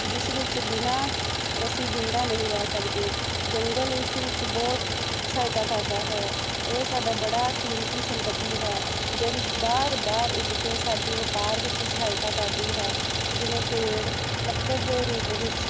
ਜਿਸ ਵਿੱਚ ਬਿਨਾਂ ਅਸੀਂ ਜਿੰਦਾ ਨਹੀਂ ਰਹਿ ਸਕਦੇ ਜੰਗਲ ਇਸ ਵਿੱਚ ਬਹੁਤ ਸਹਾਇਤਾ ਕਰਦਾ ਹੈ ਇਹ ਸਾਡਾ ਬੜਾ ਕੀਮਤੀ ਸੰਪਤੀ ਹੈ ਜਿਹੜੀ ਵਾਰ ਵਾਰ ਉੱਗ ਕੇ ਸਾਡੀ ਵਪਾਰ ਵਿੱਚ ਸਹਾਇਤਾ ਕਰਦੀ ਹੈ ਜਿਵੇਂ ਪੇੜ ਲੱਕੜ ਦੇ ਰੂਪ ਵਿੱਚ